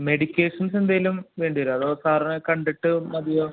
medications എന്തെങ്കിലും വേണ്ടി വരുമോ അതോ സാറിനെ കണ്ടിട്ട് മതിയോ